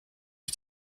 ich